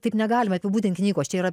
taip negalima apibūdint knygos čia yra